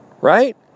Right